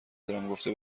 دارمگفته